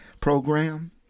program